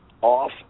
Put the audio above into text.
off